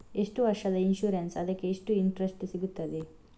ಎಷ್ಟು ವರ್ಷದ ಇನ್ಸೂರೆನ್ಸ್ ಅದಕ್ಕೆ ಎಷ್ಟು ಇಂಟ್ರೆಸ್ಟ್ ಸಿಗುತ್ತದೆ?